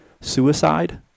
suicide